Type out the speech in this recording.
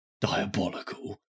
Diabolical